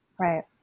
Right